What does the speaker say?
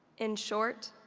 in short,